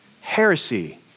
heresy